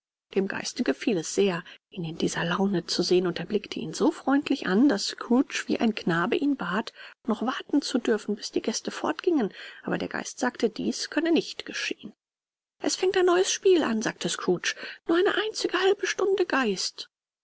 dem geiste gefiel es sehr ihn in dieser laune zu sehen und er blickte ihn so freundlich an daß scrooge wie ein knabe ihn bat noch warten zu dürfen bis die gäste fortgingen aber der geist sagte dies könne nicht geschehen es fängt ein neues spiel an sagte scrooge nur eine einzige halbe stunde geist